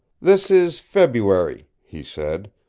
this is february, he said.